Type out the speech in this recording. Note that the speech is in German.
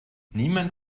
niemand